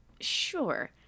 sure